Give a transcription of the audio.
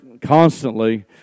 constantly